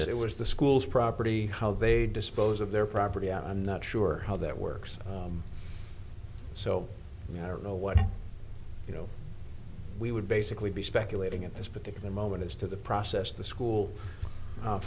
it was the schools property how they dispose of their property i'm not sure how that works so i don't know what you know we would basically be speculating at this particular moment as to the process the school